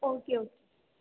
okay okay